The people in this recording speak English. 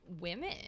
women